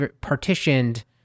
partitioned